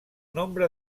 nombre